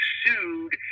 sued